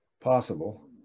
possible